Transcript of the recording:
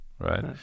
right